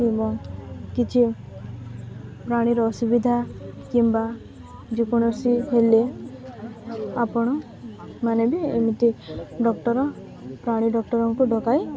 ଏବଂ କିଛି ପ୍ରାଣୀର ଅସୁବିଧା କିମ୍ବା ଯେକୌଣସି ହେଲେ ଆପଣମାନୋନେ ବି ଏମିତି ଡକ୍ଟର ପ୍ରାଣୀ ଡକ୍ଟରଙ୍କୁ ଡକାଇ